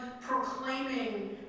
proclaiming